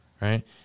right